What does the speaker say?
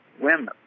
women